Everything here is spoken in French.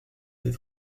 des